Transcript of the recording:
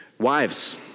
Wives